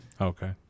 Okay